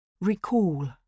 Recall